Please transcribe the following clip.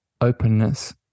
openness